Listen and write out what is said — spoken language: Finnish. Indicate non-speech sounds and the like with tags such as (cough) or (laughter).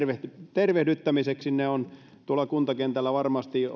tervehdyttämiseksi ne ovat tuolla kuntakentällä varmasti (unintelligible)